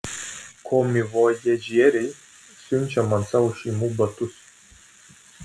komivojažieriai siunčia man savo šeimų batus